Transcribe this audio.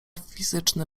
fizyczny